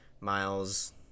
Miles